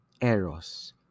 eros